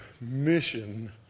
mission